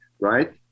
Right